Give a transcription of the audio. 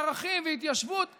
ערכים והתיישבות.